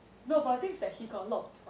no but the thing is that he got a lot of pride